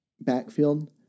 backfield